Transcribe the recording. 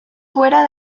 fuera